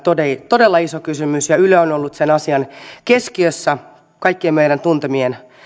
todella iso kysymys ja yle on ollut sen asian keskiössä kaikkien meidän tuntemien